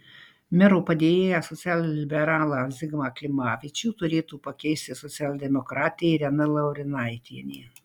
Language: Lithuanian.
mero padėjėją socialliberalą zigmą klimavičių turėtų pakeisti socialdemokratė irena laurinaitienė